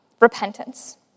repentance